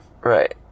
Right